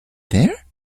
there